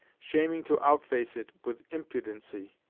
shaming to outface it with impudency,